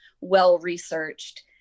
well-researched